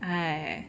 !aiya!